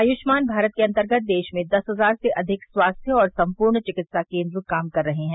आयुष्मान भारत के अंतर्गत देश में दस हजार से अधिक स्वास्थ्य और संपूर्ण विकित्सा केंद्र काम कर रहे हैं